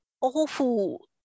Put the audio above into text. awful